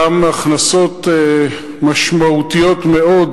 גם הכנסות משמעותיות מאוד,